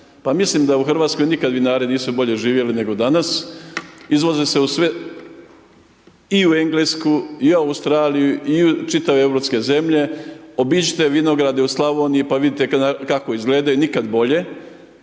mislim da u Hrvatskoj nikad vinari nisu bolje živjeli nego danas, izvoze se u sve i u Englesku i u Australiju i u čitave europske zemlje, obiđite vinograde u Slavoniji pa vidite kako izgledaju, nikad bolje.